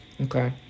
okay